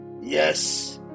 Yes